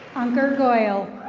hunter goyle.